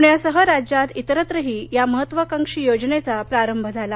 पुण्यासह राज्यात इतरत्रही या महत्त्वाकांक्षी योजनेचा प्रारंभ झाला